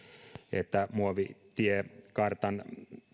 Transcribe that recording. että muovitiekartan